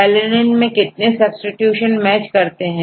alanine से कितने substitution match करते हैं